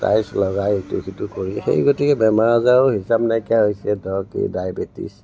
tiles লগাই ইটো সিটো কৰি সেই গতিকে বেমাৰ আজাৰো হিচাপ নাইকিয়া হৈছে ধৰক এই ডাইবেটিচ